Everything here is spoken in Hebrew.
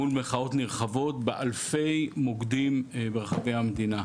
מול מחאות נרחבות באלפי מוקדים ברחבי המדינה.